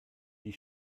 die